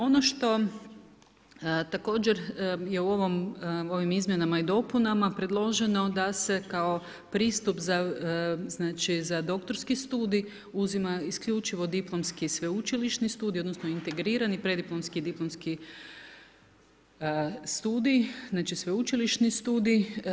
Ono što također je u ovim izmjenama i dopunama predloženo da se kao pristup za doktorski studij uzima isključivo diplomski i sveučilišni studij, odnosno integrirani preddiplomski i diplomski studij, znači sveučilišni studiji.